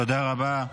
תודה רבה.